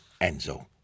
Enzo